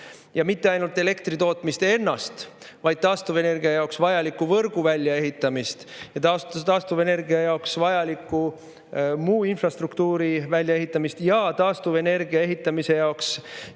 Ja mitte ainult elektri tootmist ennast, vaid taastuvenergia jaoks vajaliku võrgu väljaehitamist ja taastuvenergia jaoks vajaliku muu infrastruktuuri väljaehitamist. Taastuvenergia tootmiseks